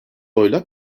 oyla